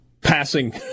passing